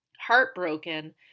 Heartbroken